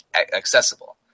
accessible